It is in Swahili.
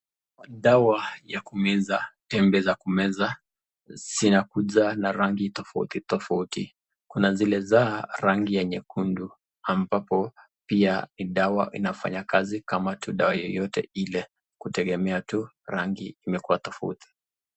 dawa ya kumeza tembe ya kumeza sijakuja na rangi tofauti tofauti kuna zile za rangi nyekundu ambapo pia ni dawa inafanya kazi kama tu dawa yoyote ile, kutegemea tu rangi imekuwa imekuwa tofauti